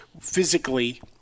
physically